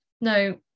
no